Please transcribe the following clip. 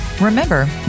Remember